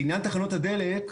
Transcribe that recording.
לעניין תחנות הדלק,